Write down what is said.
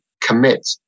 commit